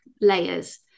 layers